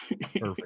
Perfect